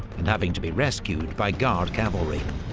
and having to be rescued by guard cavalry.